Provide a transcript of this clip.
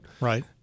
Right